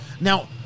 Now